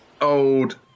old